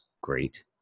great